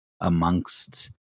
amongst